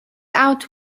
out